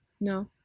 No